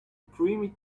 creamy